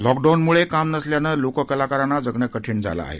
लॉकडाऊनमुळं काम नसल्यानं लोककलाकारांना जगणं कठीण झालं आहे